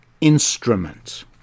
instrument